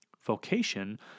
vocation